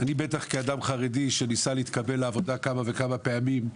בטח כאדם חרדי שניסה להתקבל לעבודה כמה וכמה פעמים,